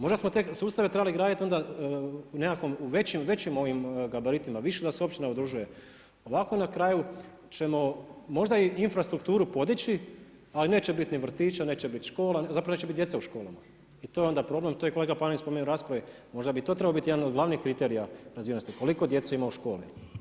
Možda te sustave trebali graditi onda u nekakvim većim gabaritima, više da se općina udružuje, ovako na kraju ćemo možda infrastrukturu podići ali neće biti ni vrtića, neće biti škola, zapravo neće biti djece u školama i to je onda problem, to je i kolega Panenić spomenuo u raspravi, možda bi to trebao biti jedan od glavnih kriterija razvijenosti, koliko djece ima u školi.